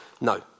No